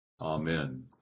Amen